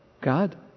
God